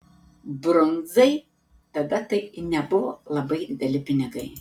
brundzai tada tai nebuvo labai dideli pinigai